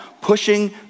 pushing